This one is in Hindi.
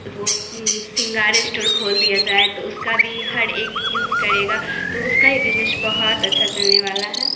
वो सिंगार स्टोर खोल दिया जाए तो उसका भी हर एक यूज़ करेगा तो उसका भी बिजनेश बहुत अच्छा चलने वाला है